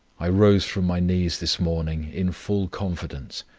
i rose from my knees this morning in full confidence,